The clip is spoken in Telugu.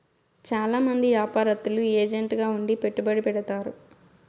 చాలా మంది యాపారత్తులు ఏజెంట్ గా ఉండి పెట్టుబడి పెడతారు